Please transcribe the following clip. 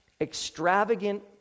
Extravagant